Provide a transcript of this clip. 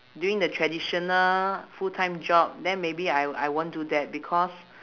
doing the traditional full time job then maybe I I won't do that because